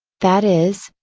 that is,